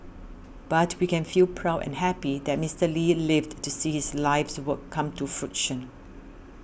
but we can feel proud and happy that Mister Lee lived to see his life's work come to fruition